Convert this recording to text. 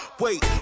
wait